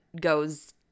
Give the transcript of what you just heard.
goes